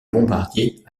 bombardiers